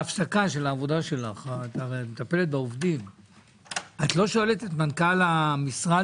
בהפסקה של העבודה שלך את לא שואלת את מנכ"ל המשרד